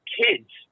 kids